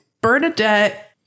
Bernadette